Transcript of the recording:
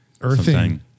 Earthing